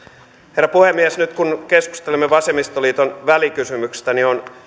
herra puhemies nyt kun keskustelemme vasemmistoliiton välikysymyksestä niin on